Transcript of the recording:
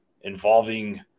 involving